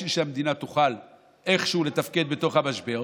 בשביל שהמדינה תוכל איכשהו לתפקד בתוך המשבר,